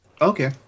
Okay